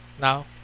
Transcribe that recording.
now